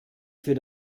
für